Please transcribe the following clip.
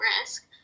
risk